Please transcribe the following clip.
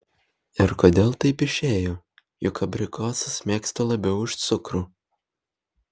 ir kodėl taip išėjo juk abrikosus mėgstu labiau už cukrų